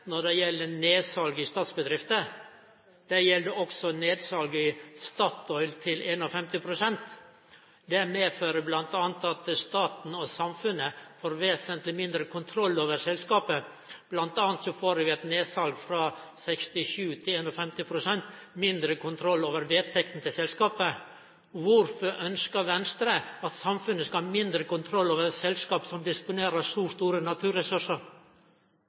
når det gjeld nedsal i statsbedrifter. Det gjeld også nedsal i Statoil til 51 pst. Det medfører bl.a. at staten og samfunnet får vesentleg mindre kontroll over selskapet – bl.a. får vi eit nedsal frå 67 pst. til 51 pst. og mindre kontroll over vedtektene til selskapet. Kvifor ønskjer Venstre at samfunnet skal ha mindre kontroll over selskap som disponerer så store naturressursar?